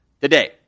today